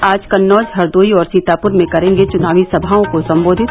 आज कन्नौज हरदोई और सीतापुर में करेंगे चुनावी सभाओं को सम्बोधित